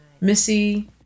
Missy